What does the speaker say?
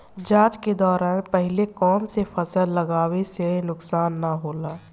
जाँच के दौरान पहिले कौन से फसल लगावे से नुकसान न होला?